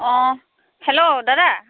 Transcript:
অ' hello দাদা